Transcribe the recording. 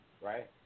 right